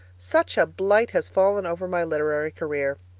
such a blight has fallen over my literary career.